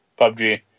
PUBG